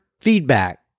feedback